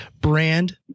brand